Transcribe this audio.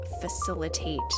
facilitate